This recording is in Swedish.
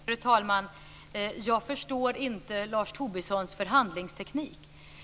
Fru talman! Jag förstår inte Lars Tobissons förhandlingsteknik.